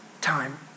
time